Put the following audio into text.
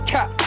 Cap